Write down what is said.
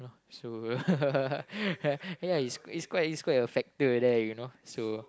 so ya it's it's quite it's quite a factor there you know so